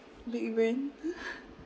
the event